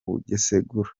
gusesagura